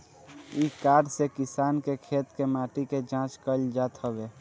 इ कार्ड से किसान के खेत के माटी के जाँच कईल जात हवे